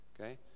Okay